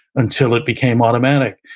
until it became automatic.